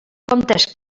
comptes